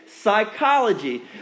psychology